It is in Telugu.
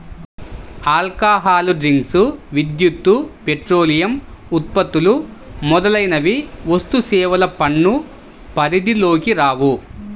ఆల్కహాల్ డ్రింక్స్, విద్యుత్, పెట్రోలియం ఉత్పత్తులు మొదలైనవి వస్తుసేవల పన్ను పరిధిలోకి రావు